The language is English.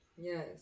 Yes